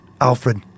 Alfred